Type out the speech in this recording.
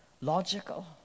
logical